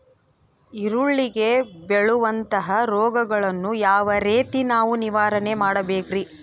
ಈರುಳ್ಳಿಗೆ ಬೇಳುವಂತಹ ರೋಗಗಳನ್ನು ಯಾವ ರೇತಿ ನಾವು ನಿವಾರಣೆ ಮಾಡಬೇಕ್ರಿ?